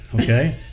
Okay